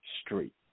street